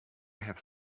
have